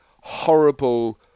horrible